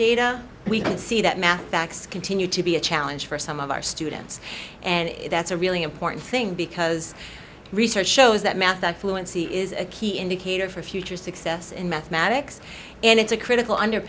data we can see that math facts continue to be a challenge for some of our students and that's a really important thing because research shows that math that fluency is a key indicator for future success in mathematics and it's a critical under